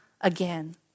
again